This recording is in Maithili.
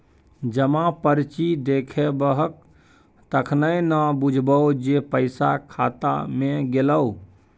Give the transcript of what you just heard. जमा पर्ची देखेबहक तखने न बुझबौ जे पैसा खाता मे गेलौ